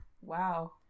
Wow